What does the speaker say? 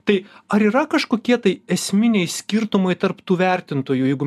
tai ar yra kažkokie tai esminiai skirtumai tarp tų vertintojų jeigu